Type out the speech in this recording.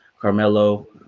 Carmelo